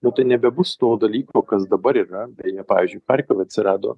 nu tai nebebus to dalyko kas dabar yra beje pavyzdžiui charkove atsirado